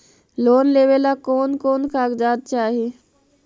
Loan लेने ला कोन कोन कागजात चाही?